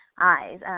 eyes